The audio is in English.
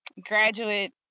graduate